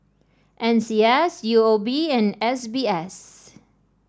N C S U O B and S B S